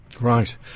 Right